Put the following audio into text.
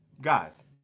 Guys